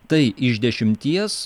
tai iš dešimties